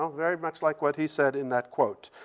um very much like what he said in that quote.